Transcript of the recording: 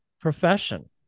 profession